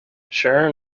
sharon